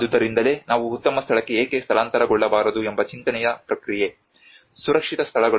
ಆದುದರಿಂದಲೇ ನಾವು ಉತ್ತಮ ಸ್ಥಳಕ್ಕೆ ಏಕೆ ಸ್ಥಳಾಂತರಗೊಳ್ಳಬಾರದು ಎಂಬ ಚಿಂತನೆಯ ಪ್ರಕ್ರಿಯೆ ಸುರಕ್ಷಿತ ಸ್ಥಳಗಳು